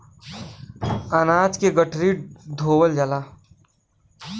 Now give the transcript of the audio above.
अनाज के गठरी धोवल जाला